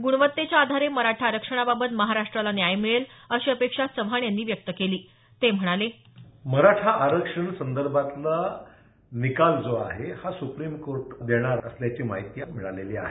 गुणवत्तेच्या आधारे मराठा आरक्षणाबाबत महाराष्ट्राला न्याय मिळेल अशी अपेक्षा चव्हाण यांनी व्यक्त केली ते म्हणाले मराठा आरक्षण संदर्भातला निकाल जो आहे हा सुप्रीम कोर्ट देणार असल्याची माहिती मिळालेली आहे